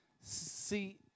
See